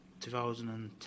2010